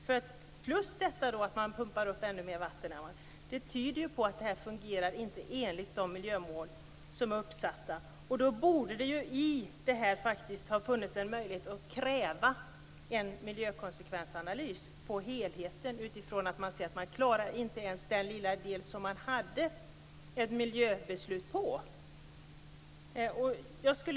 Detta, och det faktum att det pumpas upp ännu mer vatten, tyder på att det inte fungerar enligt de miljömål som är uppsatta. Det borde ha funnits en möjlighet att kräva en miljökonsekvensanalys av helheten. Det går inte ens att klara den lilla del som det har fattats miljöbeslut om.